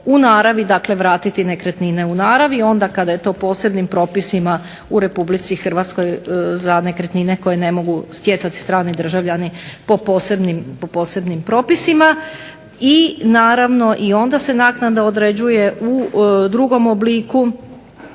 dakle vratiti nekretnine u naravi, onda kada je to posebnim propisima u RH za nekretnine koje ne mogu stjecati strani državljani po posebnim propisima. I naravno i onda se naknada određuje u drugom obliku